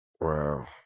Wow